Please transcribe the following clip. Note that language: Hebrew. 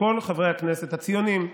שכל חברי הכנסת הציונים,